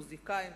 מוזיקאים,